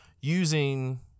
using